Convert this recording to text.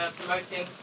promoting